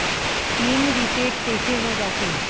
Pin reset कइसे हो जाथे?